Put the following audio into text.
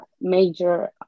major